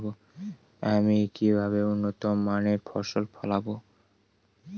আমি কিভাবে উন্নত মানের ফসল ফলাব?